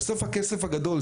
בסוף הכסף הגדול,